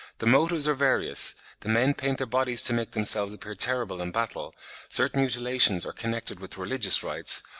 the motives are various the men paint their bodies to make themselves appear terrible in battle certain mutilations are connected with religious rites,